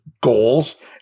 goals